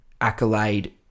accolade